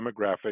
demographic